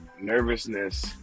Nervousness